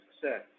success